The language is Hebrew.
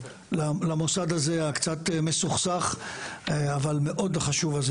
למוסד הזה, שהוא קצת מסוכסך, אבל מאוד חשוב.